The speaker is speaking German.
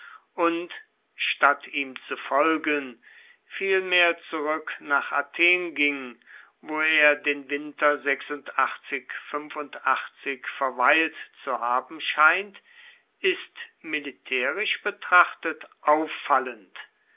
und statt ihm zu folgen vielmehr zurück nach athen ging wo er den winter verweilt zu haben scheint ist militärisch betrachtet auffallend